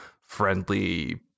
friendly